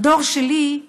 בדור שלי,